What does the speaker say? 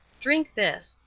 drink this.